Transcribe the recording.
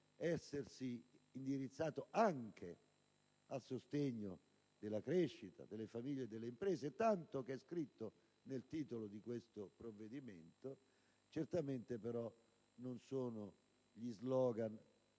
essersi indirizzato anche al sostegno della crescita, delle famiglie e delle imprese, tanto che è scritto nel titolo di questo provvedimento. Certamente, però, non sono gli *slogan*,